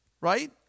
Right